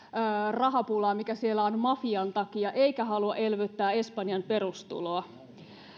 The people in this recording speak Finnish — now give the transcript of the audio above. rahapulaa mikä siellä on mafian takia eivätkä halua elvyttää espanjan perustuloa